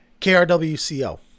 KRWCO